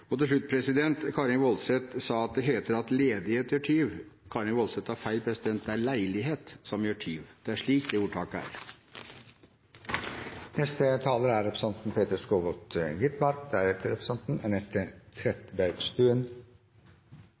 Til slutt: Karin S. Woldseth sa at det heter at «ledighet skaper tyv». Karin S. Woldseth tar feil. «Leilighet gjør tyv»; det er slik det ordtaket er. Jeg tror den nyttigste avklaringen i dagens debatt er